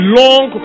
long